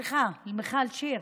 סליחה, מיכל שיר.